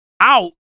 out